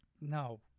No